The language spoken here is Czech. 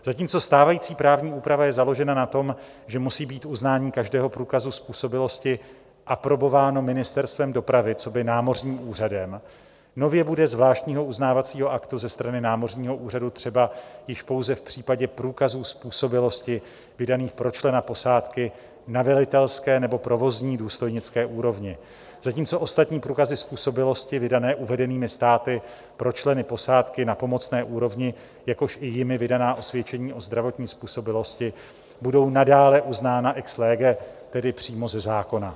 Zatímco stávající právní úprava je založena na tom, že musí být uznání každého průkazu způsobilosti aprobováno Ministerstvem dopravy coby námořním úřadem, nově bude zvláštního uznávacího aktu ze strany námořního úřadu třeba již pouze v případě průkazů způsobilosti vydaných pro člena posádky na velitelské nebo provozní důstojnické úrovni, zatímco ostatní průkazy způsobilosti vydané uvedenými státy pro členy posádky na pomocné úrovni, jakož i jimi vydaná osvědčení o zdravotní způsobilosti budou nadále uznána ex lege, tedy přímo ze zákona.